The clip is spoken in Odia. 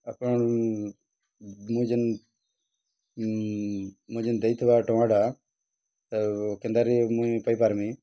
ଆଉ କ'ଣ ମୁଇଁ ଯେନ୍ ମୁଇଁ ଯେନ୍ ଦେଇଥିବା ଟଙ୍କାଟା କେନ୍ତାରେ ମୁଇଁ ପାଇପାର୍ମି